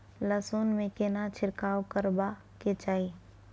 लहसुन में केना छिरकाव करबा के चाही?